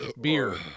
beer